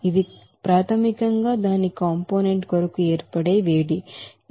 ఇది ప్రాథమికంగా దాని కాంపోనెంట్ కొరకు ఏర్పడే వేడిమి